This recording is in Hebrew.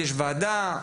יש ועדה?